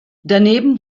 daneben